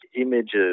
images